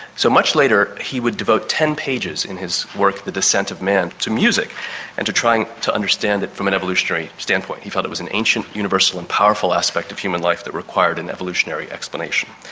so much later he would devote ten pages in his work, the descent of man, to music and to trying to understand it from an evolutionary standpoint. he felt it was an ancient, universal and powerful aspect of human life that required an evolutionary explanation.